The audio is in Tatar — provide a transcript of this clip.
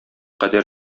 кадәр